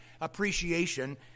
appreciation